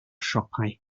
siopau